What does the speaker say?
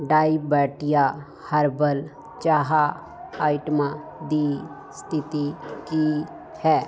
Diabetea herbal ਚਾਹ ਆਈਟਮਾਂ ਦੀ ਸਥਿਤੀ ਕੀ ਹੈ